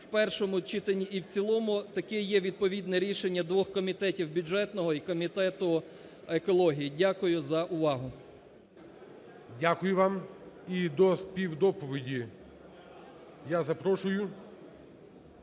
в першому читанні і в цілому. Таке є відповідне рішення двох комітетів – бюджетного і комітету екології. Дякую за увагу. ГОЛОВУЮЧИЙ. Дякую вам. І до співдоповіді я запрошую